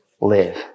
live